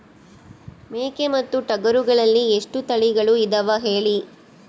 ಮೇಕೆ ಮತ್ತು ಟಗರುಗಳಲ್ಲಿ ಎಷ್ಟು ತಳಿಗಳು ಇದಾವ ಹೇಳಿ?